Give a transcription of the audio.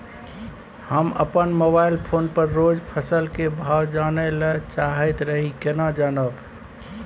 हम अपन mobile phone पर रोज फसल के भाव जानय ल चाहैत रही केना जानब?